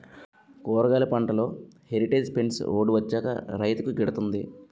కూరగాయలు పంటలో heritage fence road వచ్చాక రైతుకు గిడతంది